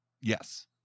yes